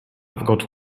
got